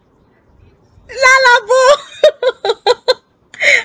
lala po